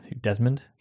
desmond